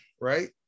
right